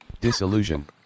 Disillusion